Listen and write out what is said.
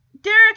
Derek